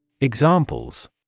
Examples